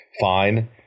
fine